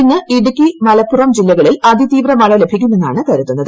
ഇന്ന് ഇടുക്കി മലപ്പുറം ജില്ലകളിൽ അതിതീവ്ര മഴ ലഭിക്കുമെന്നാണ് കരുതുന്നത്